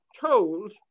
told